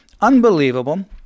Unbelievable